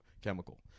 chemical